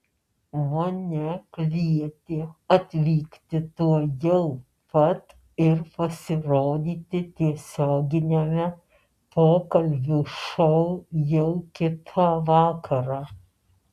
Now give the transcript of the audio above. mane kvietė atvykti tuojau pat ir pasirodyti tiesioginiame pokalbių šou jau kitą vakarą